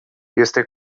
este